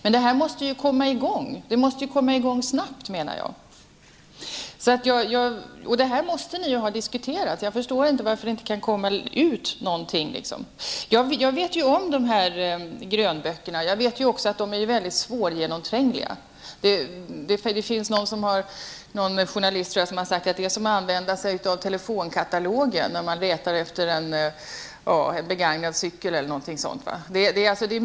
Jag menar att det här måste komma i gång snart. Ni måste ju ha diskuterat saken, och därför förstår jag inte att det inte kommer ut någonting. Jag känner till grönböckerna och vet att de är mycket svårgenomträngliga. Någon journalist har sagt att det är som att använda sig av telefonkatalogen när man t.ex. letar efter en begagnad cykel.